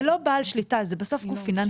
זה לא בעל שליטה, אלא בסוף זה גוף פיננסי.